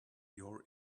your